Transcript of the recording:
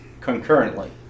concurrently